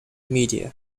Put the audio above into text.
media